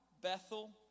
Bethel